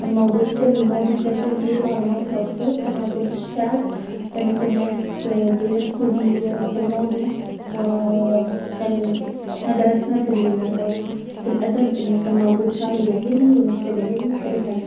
كان موجود في الماضي بشكل كبير و على مر العصور كان موجود الشعر و كانت الناس بيرثوا بيه في الماضي و كان و احنا درسنا في ال في الأدب ان كان موجود شعر جاهلي و نثر جاهلي و كل حاجة